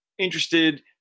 interested